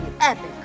epic